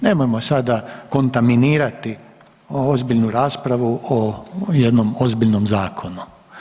Nemojmo sada kontaminirati ozbiljnu raspravu o jednom ozbiljnom zakonu.